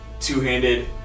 two-handed